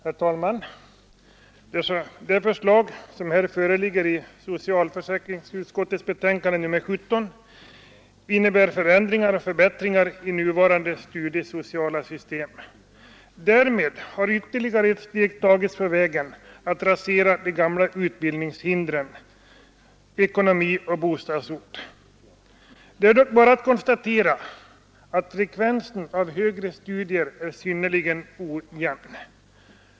Herr talman! Det förslag som föreligger i socialförsäkringsutskottets betänkande nr 17 innebär förändringar och förbättringar i nuvarande studiesociala system. Därmed har ytterligare ett steg tagits på vägen att rasera de gamla utbildningshindren ekonomi och bostadsort. Det är dock bara att konstatera att frekvensen av högre studier är synnerligen ojämn.